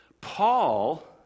Paul